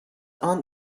aunt